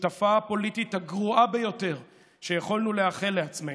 השותפה הפוליטית הגרועה ביותר שיכולנו לאחל לעצמנו,